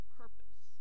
purpose